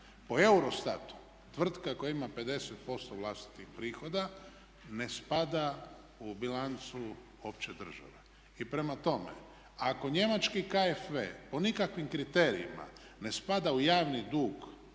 Po Eurostatu, tvrtka koja ima 50% vlastitih prihoda ne spada u bilancu opće države. I prema tome, ako njemački KFV po nikakvim kriterijima ne spada u javni dug